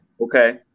Okay